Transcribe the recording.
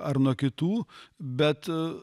ar nuo kitų bet